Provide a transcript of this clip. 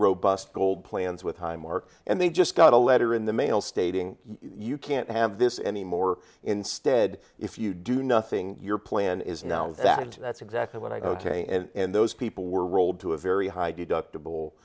robust bold plans with highmark and they just got a letter in the mail stating you can't have this anymore instead if you do nothing your plan is now that that's exactly what i go to and those people were rolled to a very high deductible